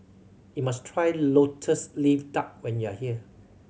you must try Lotus Leaf Duck when you are here